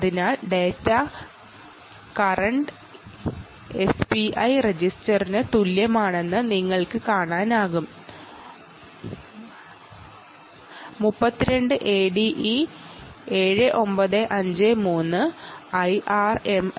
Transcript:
അതിനാൽ data current current SPI register read 32 ADE7953 IRMSA